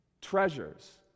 treasures